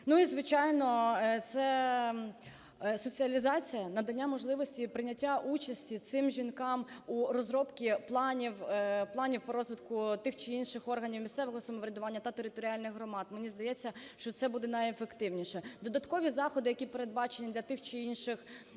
Ну і звичайно, це соціалізація. Надання можливості і прийняття участі цим жінкам у розробці планів, планів по розвитку тих чи інших органів місцевого самоврядування та територіальних громад. Мені здається, що це буде найефективніше. Додаткові заходи, які передбачені для тих чи інших органів